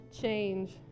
change